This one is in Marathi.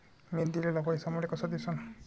मी दिलेला पैसा मले कसा दिसन?